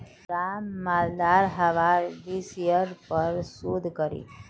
राम मालदार हवार विषयर् पर शोध करील